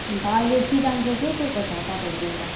अन्त अहिले सिजन चाहिँ के केको छ तपाईँहरूको उता